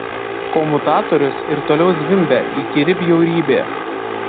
komutatorius ir toliau zvimbia įkyri bjaurybė